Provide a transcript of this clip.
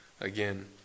again